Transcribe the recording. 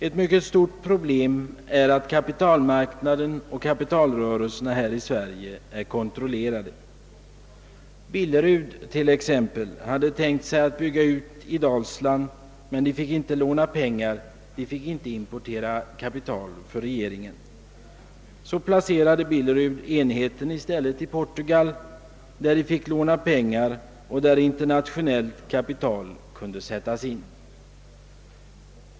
Ett mycket stort problem är att kapitalmarknaden och kapitalrörelserna här i Sverige är kontrollerade. Billerud t.ex. hade tänkt sig att bygga ut företaget i Dalsland men fick inte låna pengar och inte heller importera kapital för regeringen. Då placerade Billerud i stället enheten i Portugal, där det gick att låna pengar och där internationellt kapital kunde sättas in.